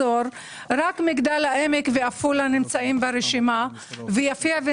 שרק מגדל העמק ועפולה נמצאים ברשימה אבל לא יפיע,